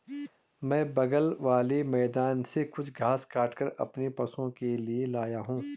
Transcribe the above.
मैं बगल वाले मैदान से कुछ घास काटकर अपने पशुओं के लिए लाया हूं